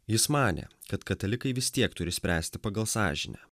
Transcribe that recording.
jis manė kad katalikai vis tiek turi spręsti pagal sąžinę